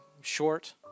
short